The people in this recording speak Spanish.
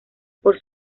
por